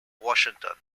washington